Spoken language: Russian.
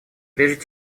прежде